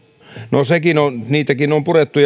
no niitäkin on purettu